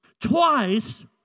twice